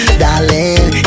darling